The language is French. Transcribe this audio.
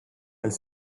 elle